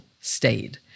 stayed